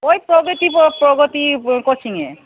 ওই প্রগিতি পো প্রগতি কোচিংয়ে